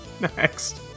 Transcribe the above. Next